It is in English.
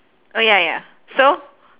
uh ya ya so